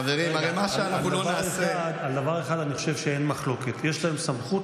כיתת כוננות זה משהו אחר.